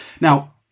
Now